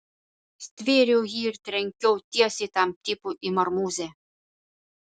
stvėriau jį ir trenkiau tiesiai tam tipui į marmūzę